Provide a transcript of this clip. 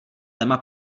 téma